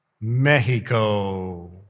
Mexico